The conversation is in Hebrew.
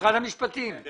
מה